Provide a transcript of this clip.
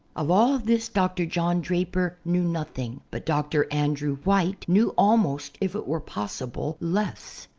of all this dr. john draper knew nothing but dr. andrew white knew almost, if it were possible, less.